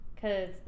cause